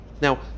Now